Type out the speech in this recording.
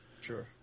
Sure